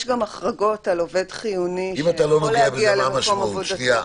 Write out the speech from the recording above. לגבי עובדים יש גם החרגות על עובד חיוני שיכול להגיע למקום עבודה.